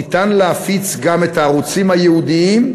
אפשר להפיץ גם את הערוצים הייעודיים,